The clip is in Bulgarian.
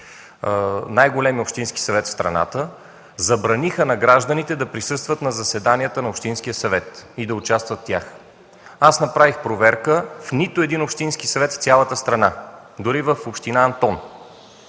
най-големия общински съвет в страната, забраниха на гражданите да присъстват в заседанията на общинския съвет и да участват в тях. Направих проверка. Нито в един общински съвет в цялата страна, дори в община Антон,